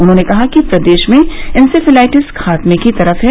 उन्होंने कहा कि प्रदेश में इन्सेफेलाइटिस खात्मे की तरफ है